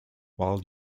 while